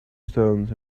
stones